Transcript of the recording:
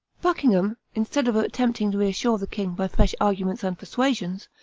buckingham, instead of attempting to reassure the king by fresh arguments and persuasions,